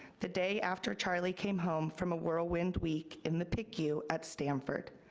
the day after charlie came home from a whirlwind week in the pick you at stanford.